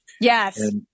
Yes